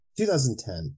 2010